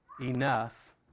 enough